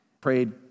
Prayed